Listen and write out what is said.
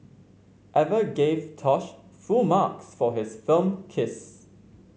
Eva gave Tosh full marks for his film kiss